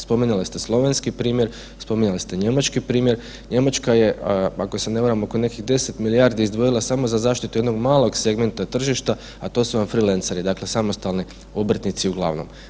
Spominjali ste slovenski primjer, spominjali ste njemački primjer, Njemačka je, ako se ne varam oko nekih 10 milijardi izdvojila samo za zaštitu jednog malog segmenta tržišta, a to su vam freelanceri, dakle samostalni obrtnici uglavnom.